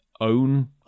own